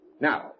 Now